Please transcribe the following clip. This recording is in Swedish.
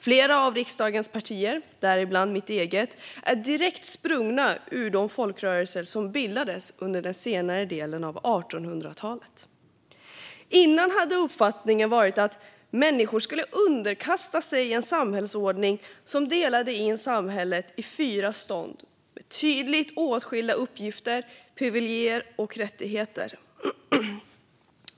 Flera av riksdagens partier, däribland mitt eget, är direkt sprungna ur de folkrörelser som bildades under den senare delen av 1800-talet. Innan dess hade uppfattningen varit att människor skulle underkasta sig en samhällsordning som delade in samhället i fyra stånd med tydligt åtskilda uppgifter, privilegier och rättigheter.